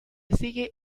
sigue